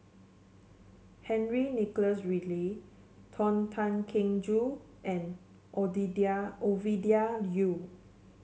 Henry Nicholas Ridley Tony Tan Keng Joo and Odidia Ovidia Yu